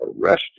arrested